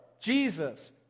Jesus